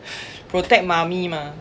protect mummy mah